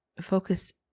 focus